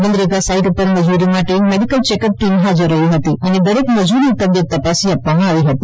MNREGA site ઉપર મજૂર માટે મેડિકલ ચેકઅપ ટીમ હાજર રહી હતી અને દરેક મજૂર ની તબીયટ તપાસી આપવામાં આવી હતી